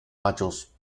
machos